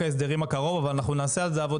אנחנו נעשה על זה עבודה מעמיקה לראות איך אנחנו